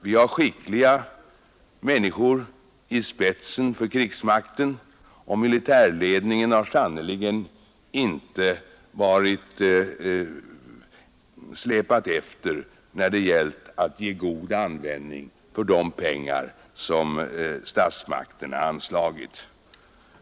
Vi har skickliga människor i spetsen för krigsmakten, och militärledningen har sannerligen inte släpat efter när det gällt att finna god användning för de pengar som statsmakterna har anslagit.